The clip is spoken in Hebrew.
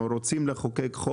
או רוצים לחוקק,